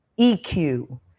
EQ